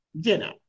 dinner